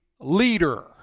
Leader